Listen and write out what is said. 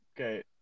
Okay